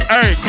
Hey